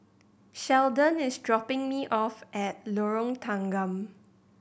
Sheldon is dropping me off at Lorong Tanggam